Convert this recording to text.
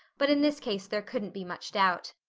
but in this case there couldn't be much doubt.